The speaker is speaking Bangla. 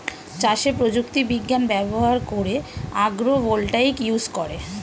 চাষে প্রযুক্তি বিজ্ঞান ব্যবহার করে আগ্রো ভোল্টাইক ইউজ করে